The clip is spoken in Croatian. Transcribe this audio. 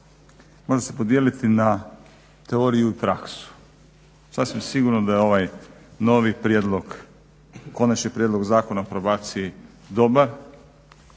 može se podijeliti na teoriju i praksu. Sasvim sigurno da je ovaj novi prijedlog, Konačni prijedlog Zakona o probaciji dobar